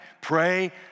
pray